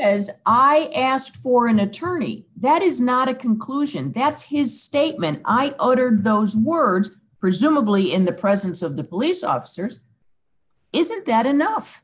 as i asked for an attorney that is not a conclusion that's his statement i uttered those words presumably in the presence of the police officers isn't that enough